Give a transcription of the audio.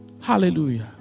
Hallelujah